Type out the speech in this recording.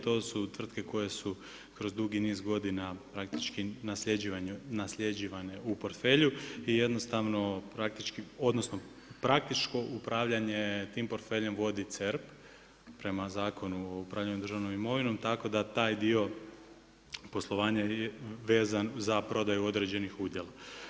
To su tvrtke koje su kroz dugi niz godina praktički nasljeđivane u portfelju i jednostavno praktički, odnosno praktičko upravljanje tim portfeljem vodi CERP prema Zakonu o upravljanju državnom imovinom, tako da taj dio poslovanja je vezan za prodaju određenih udjela.